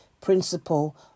principle